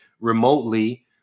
remotely